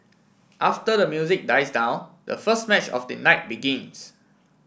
after the music dies down the first match of the night begins